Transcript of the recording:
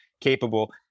capable